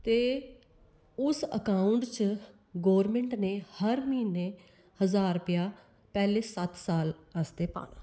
ते उस अकांउट च गौरमेंट ने हर म्हीने हजार रेपआ पैह्ले सत्त साल आस्तै पाना